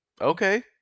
okay